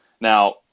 Now